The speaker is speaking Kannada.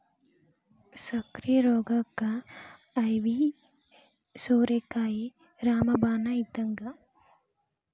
ಸಕ್ಕ್ರಿ ರೋಗಕ್ಕ ಐವಿ ಸೋರೆಕಾಯಿ ರಾಮ ಬಾಣ ಇದ್ದಂಗ